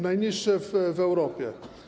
Najniższe w Europie.